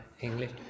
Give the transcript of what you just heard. english